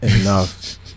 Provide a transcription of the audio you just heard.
enough